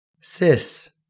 sis